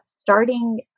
starting